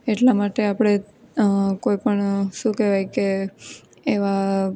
એટલા માટે આપડે કોઈપણ શું કહેવાય કે એવા